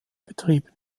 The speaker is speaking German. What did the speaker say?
betrieben